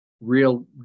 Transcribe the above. real